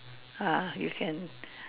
ah you can